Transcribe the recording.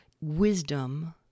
wisdom